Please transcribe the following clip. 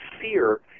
fear